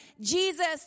Jesus